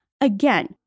Again